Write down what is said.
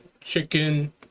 chicken